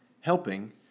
helping